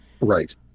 Right